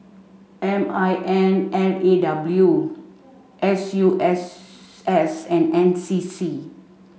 M I N L A W S U S S and N C C